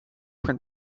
print